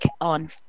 on